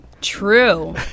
true